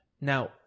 now